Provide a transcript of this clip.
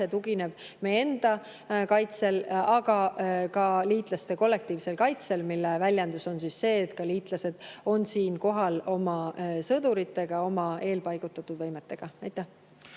tugineb meie enda kaitsele, aga ka liitlaste kollektiivsele kaitsele, mis väljendub selles, et liitlased on siin kohal oma sõduritega, oma eelpaigutatud võimetega. Aitäh!